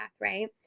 right